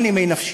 בכל נימי נפשי.